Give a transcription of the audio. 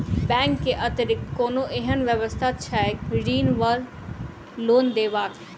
Bank केँ अतिरिक्त कोनो एहन व्यवस्था छैक ऋण वा लोनदेवाक?